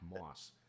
Moss